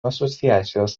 asociacijos